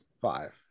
five